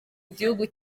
gihugu